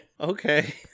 okay